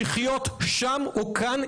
לחיות שם או כאן,